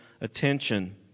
attention